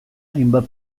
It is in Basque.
hainbat